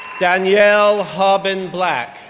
danielle harbin black,